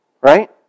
Right